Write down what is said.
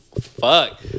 Fuck